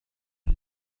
هذه